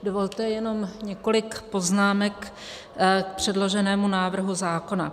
Dovolte jenom několik poznámek k předloženému návrhu zákona.